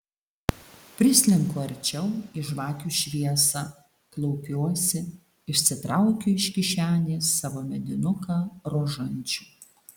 prislenku arčiau į žvakių šviesą klaupiuosi išsitraukiu iš kišenės savo medinuką rožančių